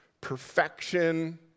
perfection